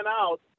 Out